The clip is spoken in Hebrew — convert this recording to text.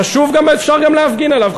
חשוב גם ואפשר גם להפגין עליו,